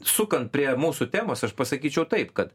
sukant prie mūsų temos aš pasakyčiau taip kad